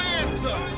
answer